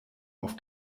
auf